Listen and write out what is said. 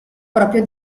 proprio